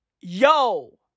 yo